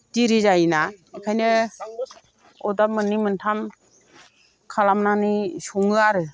देरि जायोना ओंखायनो अर्दाब मोननै मोनथाम खालामनानै सङो आरो